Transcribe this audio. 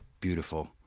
beautiful